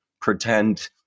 pretend